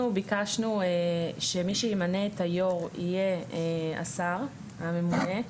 אנחנו ביקשנו שמי שימנה את היו"ר יהיה השר הממונה.